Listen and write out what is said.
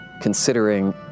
considering